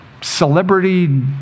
celebrity